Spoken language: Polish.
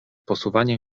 posuwaniem